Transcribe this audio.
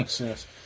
yes